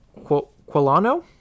Quilano